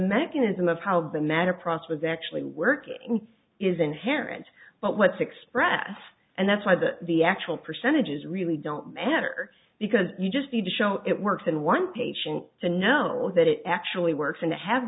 mechanism of how the matter processes actually working is inherent but what's expressed and that's why the the actual percentages really don't matter because you just need to show it works and one patient to know that it actually works and to have